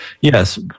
Yes